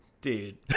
Dude